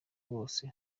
bose